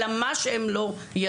אלא מה שהם לא ידעו,